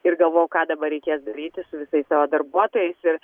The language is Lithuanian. ir galvoju ką dabar reikės daryti su visais savo darbuotojais ir